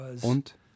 Und